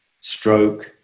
stroke